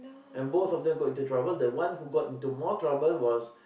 and both of them got into trouble the one who got into more trouble was